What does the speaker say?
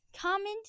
Comment